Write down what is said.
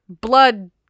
Blood